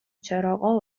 چراغا